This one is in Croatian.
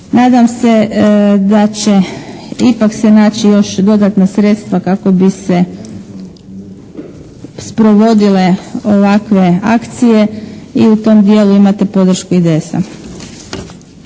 Nadam se da će ipak se naći još dodatna sredstva kako bi se sprovodile ovakve akcije i u tom dijelu imate podršku IDS-a.